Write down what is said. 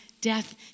death